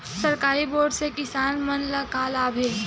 सरकारी बोर से किसान मन ला का लाभ हे?